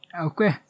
Okay